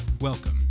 Welcome